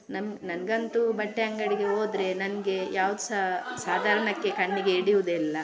ನಮ್ ನನಗಂತೂ ಬಟ್ಟೆ ಅಂಗಡಿಗೆ ಹೋದ್ರೆ ನನಗೆ ಯಾವ್ದು ಸಹ ಸಾಧಾರಣಕ್ಕೆ ಕಣ್ಣಿಗೆ ಹಿಡಿಯುದೇ ಇಲ್ಲ